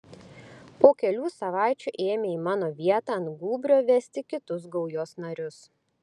po kelių savaičių ėmė į mano vietą ant gūbrio vestis kitus gaujos narius